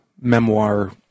memoir